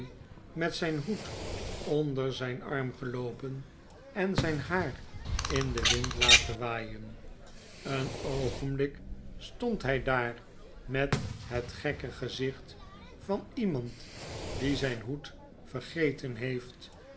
met zyn hoed onder zyn arm geloopen en zijn haar in r het geheim van edwin dkood den wind laten waaien een oogenblik stond hy daar met het gekke gezicht van iemand die zyn hoed vergeten heeft